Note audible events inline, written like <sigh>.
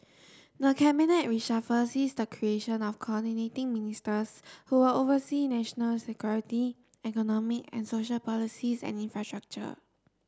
<noise> the cabinet reshuffle sees the creation of Coordinating Ministers who'll oversee national security economic and social policies and infrastructure